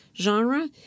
genre